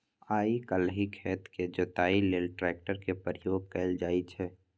आइ काल्हि खेतक जोतइया लेल ट्रैक्टर केर प्रयोग कएल जाइ छै